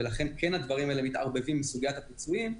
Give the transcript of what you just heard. ולכן כן הדברים האלה מתערבבים בסוגיית הפיצויים,